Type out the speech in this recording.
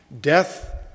Death